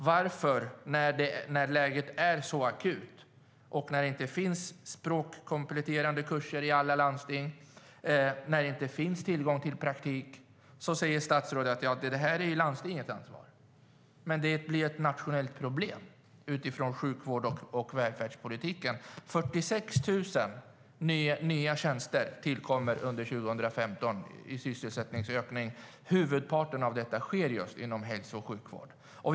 Samtidigt som läget är akut och det inte finns språkkompletterande kurser i alla landsting och inte tillgång till praktik säger statsrådet att det är landstingens ansvar, men det blir ett nationellt problem utifrån sjukvårds och välfärdspolitiken. 46 000 nya tjänster tillkommer under 2015 i sysselsättningsökning. Huvudparten av dem tillkommer inom hälso och sjukvården.